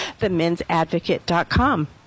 themensadvocate.com